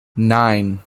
nine